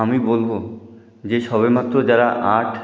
আমি বলব যে সবেমাত্র যারা আর্ট